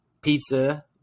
pizza